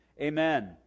amen